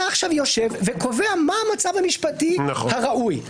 אתה עכשיו יושב וקובע מה המצב המשפטי הראוי.